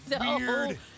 weird